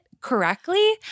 correctly